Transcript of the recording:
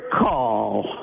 call